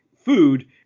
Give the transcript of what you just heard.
food